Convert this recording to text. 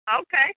Okay